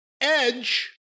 Edge